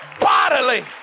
bodily